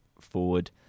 forward